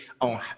on